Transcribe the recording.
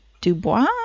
Dubois